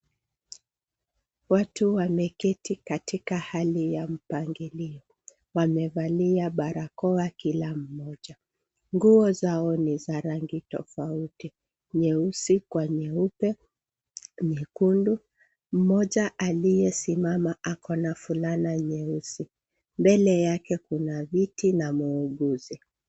Watu wameketi katika hali ya mpangilio. Wamevalia barakoa kila mmoja. Nguo zao ni za rangi tofauti, nyeusi kwa nyuepe, nyekundu. Mmoja aliyesimama akona fulana nyeusi. Mbele yake kuna viti na muuguzi.